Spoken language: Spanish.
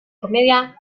comedia